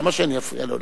למה שאני אפריע לו?